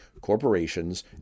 corporations